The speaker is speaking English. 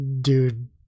dude